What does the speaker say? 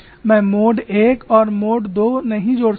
मैं mode I और mode II नहीं जोड़ सकता